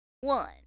One